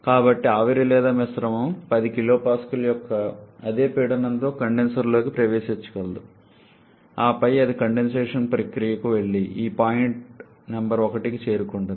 కాబట్టి ఆవిరి లేదా మిశ్రమం 10 kPa యొక్క అదే పీడనంతో కండెన్సర్లోకి ప్రవేశించగలదు ఆపై అది కండెన్సేషన్ ప్రక్రియకు వెళ్లి ఈ పాయింట్ నంబర్ 1కి చేరుకుంటుంది